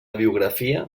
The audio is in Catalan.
biografia